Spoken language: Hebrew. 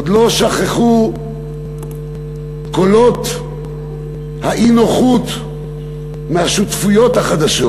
עוד לא שככו קולות האי-נוחות מהשותפויות החדשות,